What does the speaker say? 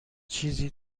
چیزی